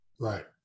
Right